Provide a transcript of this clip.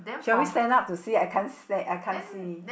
shall we stand up to see I can't sta~ I can't see